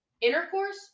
intercourse